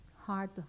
Hard